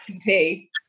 tea